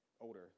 older